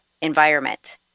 environment